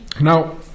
Now